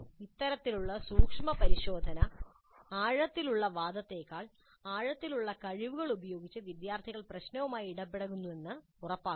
ഇത്തരത്തിലുള്ള സൂക്ഷ്മ പരിശോധന ആഴത്തിലുള്ള വാദങ്ങളേക്കാൾ ആഴത്തിലുള്ള കഴിവുകൾ ഉപയോഗിച്ച് വിദ്യാർത്ഥികൾ പ്രശ്നവുമായി ഇടപഴകുന്നുവെന്ന് ഉറപ്പാക്കും